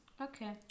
okay